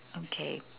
okay